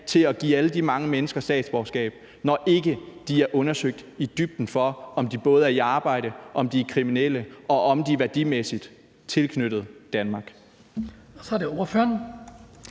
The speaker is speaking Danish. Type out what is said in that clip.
til at give alle de mange mennesker statsborgerskab, når de ikke er blevet undersøgt i dybden for, om de er i arbejde, om de er kriminelle, og om de værdimæssigt er tilknyttet Danmark?